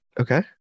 Okay